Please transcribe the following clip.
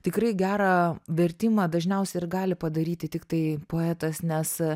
tikrai gerą vertimą dažniausiai ir gali padaryti tiktai poetas nes